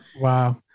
wow